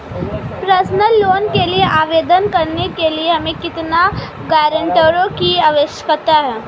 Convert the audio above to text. Personal loan के लिए आवेदन करने के लिए हमें कितने गारंटरों की आवश्यकता है?